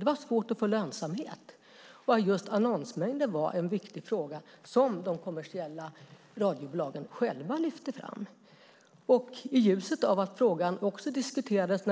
Det var svårt att få lönsamhet. Annonsmängden var en viktig fråga som de kommersiella radiobolagen själva lyfte fram. När